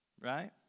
right